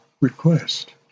request